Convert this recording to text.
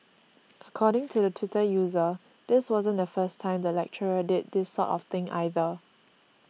according to the Twitter user this wasn't the first time the lecturer did this sort of thing either